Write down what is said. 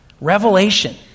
revelation